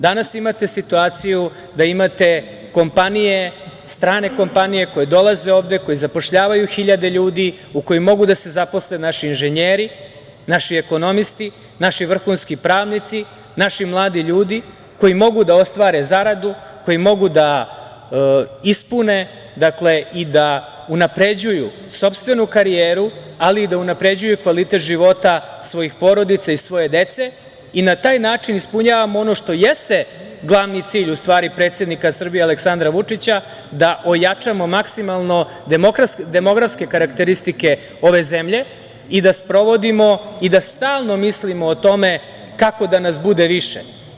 Danas imate situaciju da imate kompanije, strane kompanije koje dolaze ovde, koje zapošljavaju hiljade ljude, a u kojima mogu da se zaposle naši inženjeri, naši ekonomisti, naši vrhunski pravnici, naši mladi ljudi koji mogu da ostvare zaradu, koji mogu da ispune i da unapređuju sopstvenu karijeru, ali i da unapređuju kvalitet života svojih porodica i svoje dece i na taj način ispunjavamo ono što jeste glavni cilj predsednika Srbije Aleksandra Vučića da ojačamo maksimalno demografske karakteristike ove zemlje i da sprovodimo i da stalno mislimo o tome kako da nas bude više.